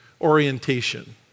orientation